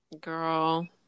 Girl